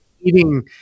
eating